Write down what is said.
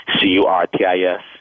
C-U-R-T-I-S